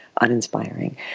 uninspiring